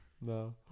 No